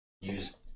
use